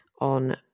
on